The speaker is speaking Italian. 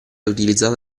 utilizzata